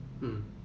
mm